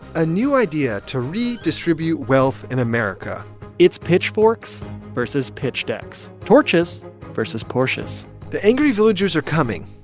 a new idea to redistribute wealth in america its pitchforks versus pitch decks, torches versus porsches the angry villagers are coming,